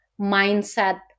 mindset